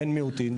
בן מיעוטים,